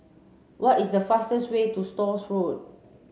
what is the fastest way to Stores Road